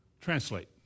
Translate